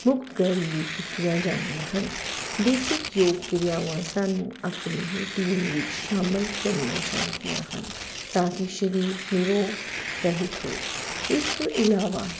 ਮੁਕਤ ਕਰਨ ਲਈ ਕੀਤੀਆਂ ਜਾਂਦੀਆਂ ਹਨ ਬੇਸਿਕ ਯੋਗ ਕਿਰਿਆਵਾਂ ਸਾਨੂੰ ਆਪਣੀ ਰੂਟੀਨ ਵਿੱਚ ਸ਼ਾਮਲ ਕਰਨੀਆਂ ਚਾਹੀਦੀਆਂ ਹਨ ਤਾਂ ਕਿ ਸਰੀਰ ਨਿਰੋਗ ਰਹਿਤ ਹੋਏ ਇਸਤੋਂ ਇਲਾਵਾ